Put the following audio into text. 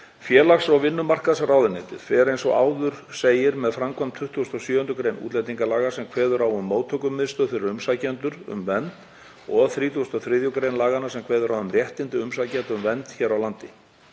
Félags- og vinnumarkaðsráðuneytið fer, eins og áður segir, með framkvæmd 27. gr. útlendingalaga sem kveður á um móttökumiðstöð fyrir umsækjendur um vernd, og 33. gr. laganna sem kveður á um réttindi umsækjanda um vernd hér á landi.